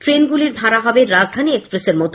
ট্রেনগুলির ভাড়া হবে রাজধানী এক্সপ্রেস এর মত